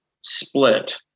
split